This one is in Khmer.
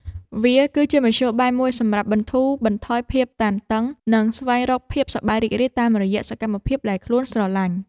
វាគឺជាមធ្យោបាយមួយសម្រាប់បន្ធូរបន្ថយភាពតានតឹង និងស្វែងរកភាពសប្បាយរីករាយតាមរយៈសកម្មភាពដែលខ្លួនស្រឡាញ់។